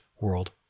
World